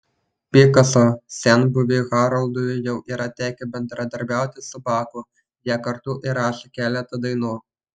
pikaso senbuviui haroldui jau yra tekę bendradarbiauti su baku jie kartu įrašė keletą dainų